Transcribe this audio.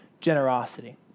generosity